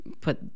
put